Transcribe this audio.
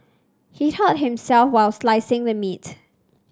he hurt himself while slicing the meat